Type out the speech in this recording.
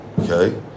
okay